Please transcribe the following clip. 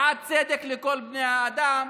בעד צדק לכל בני האדם,